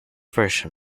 version